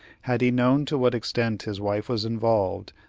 had he known to what extent his wife was involved,